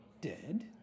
dead